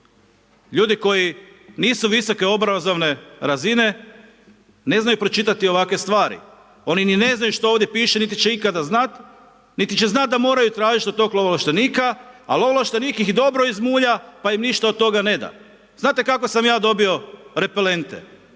ljudi koji nisu visoke obrazovne razine, ne znaju pročitati ovakve stvari, oni ni ne znaju što ovdje piše niti će ikada znat, niti će znat da moraju tražiti od tog lovoovlaštenika ali ovlaštenik ih dobro izmulja, pa im ništa od toga ne da. Znate kako sam ja dobio repelente?